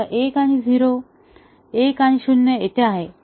आता 1 0 येथे आहे